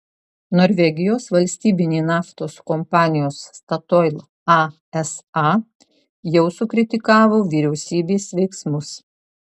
norvegijos valstybinė naftos kompanija statoil asa jau sukritikavo vyriausybės veiksmus